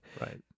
right